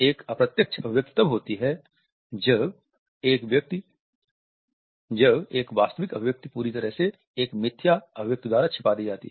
एक अप्रत्यक्ष अभिव्यक्ति तब होती है जब एक वास्तविक अभिव्यक्ति पूरी तरह से एक मिथ्या अभिव्यक्ति द्वारा छिपा दी जाती है